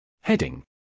Heading